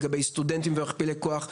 לגבי סטודנטים ומכפילי כוח.